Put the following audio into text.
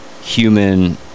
human